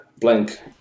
blank